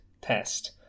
test